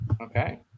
Okay